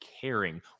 caring